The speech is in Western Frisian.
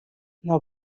nei